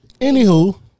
Anywho